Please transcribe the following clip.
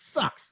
sucks